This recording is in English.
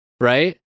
right